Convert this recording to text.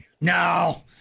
No